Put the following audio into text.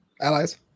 allies